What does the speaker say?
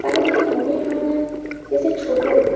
তাকে দেখে মনেই হয় না এস ছোটো